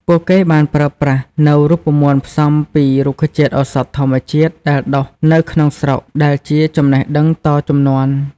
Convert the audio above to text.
ពួកគេបានប្រើប្រាស់នូវរូបមន្តផ្សំពី រុក្ខជាតិឱសថធម្មជាតិ ដែលដុះនៅក្នុងស្រុក ដែលជាចំណេះដឹងតជំនាន់។